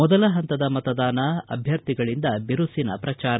ಮೊದಲ ಪಂತದ ಮತದಾನ ಅಭ್ಯರ್ಥಿಗಳಿಂದ ಬಿರುಸಿನ ಪ್ರಚಾರ